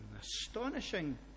Astonishing